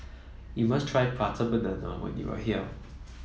you must try Prata Banana when you are here